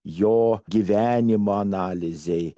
jo gyvenimo analizei